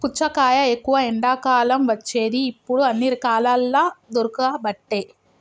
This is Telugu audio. పుచ్చకాయ ఎక్కువ ఎండాకాలం వచ్చేది ఇప్పుడు అన్ని కాలాలల్ల దొరుకబట్టె